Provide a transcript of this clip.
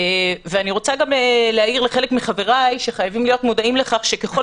אני גם רוצה להעיר לחלק מחבריי שחייבים להיות מודעים לכך שככל